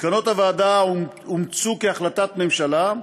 מסקנות הוועדה אומצו כהחלטת ממשלה,